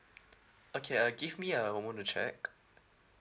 okay uh give me a moment to check